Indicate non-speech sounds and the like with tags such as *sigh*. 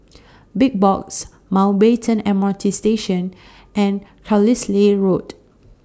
*noise* Big Box Mountbatten M R T Station and Carlisle Road